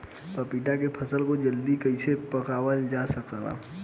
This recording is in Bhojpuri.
पपिता के फल को जल्दी कइसे पकावल जा सकेला?